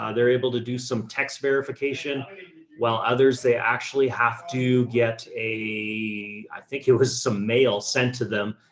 ah they're able to do some text verification while others, they actually have to get a, i think it was some mail sent to them,